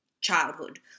childhood